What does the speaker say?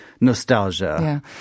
nostalgia